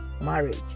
marriage